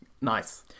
Nice